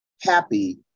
happy